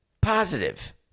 positive